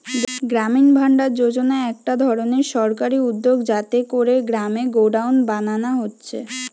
গ্রামীণ ভাণ্ডার যোজনা একটা ধরণের সরকারি উদ্যগ যাতে কোরে গ্রামে গোডাউন বানানা হচ্ছে